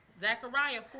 Zechariah